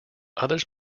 others